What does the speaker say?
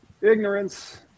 Ignorance